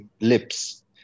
lips